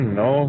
no